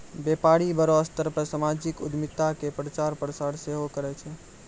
व्यपारी बड़ो स्तर पे समाजिक उद्यमिता के प्रचार प्रसार सेहो करै छै